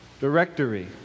directory